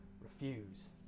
Refuse